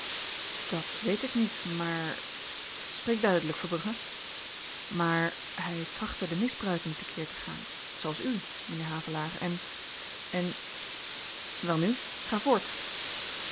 dat weet ik niet maar spreek duidelyk verbrugge maar hy trachtte de misbruiken te keer te gaan zooals u m'nheer havelaar en en welnu ga voort